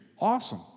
Awesome